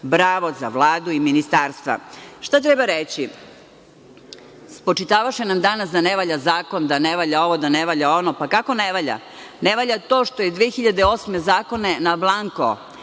Bravo za Vladu i ministarstva. Šta treba reći? Spočitavaše nam danas da ne valja zakon, da ne valja ovo, da ne valja ono. Kako ne valja? Ne valja to što je 2008. godine zakone na blanko,